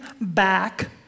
back